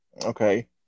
Okay